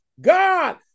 God